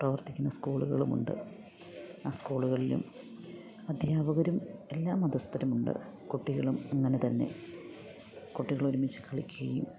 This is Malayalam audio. പ്രവർത്തിക്കുന്ന സ്കൂള്കളുമുണ്ട് ആ സ്കൂള്കളിലും അധ്യാപകരും എല്ലാ മതസ്ഥരുമുണ്ട് കുട്ടികളും അങ്ങനെ തന്നെ കുട്ടികളൊരുമിച്ച് കളിക്കുകയും